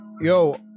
Yo